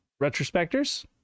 Retrospectors